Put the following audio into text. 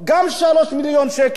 גם 3 מיליון שקל,